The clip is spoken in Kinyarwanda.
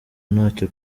ntacyo